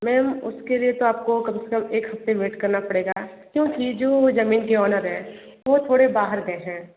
ma'am उसके लिए तो आपको कम से कम एक हफ्ते वेट करना पड़ेगा क्योंकि जो जमीन के ऑनर हैं वो थोड़े बाहर गए हैं